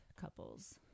couples